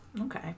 Okay